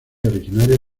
originarias